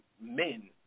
men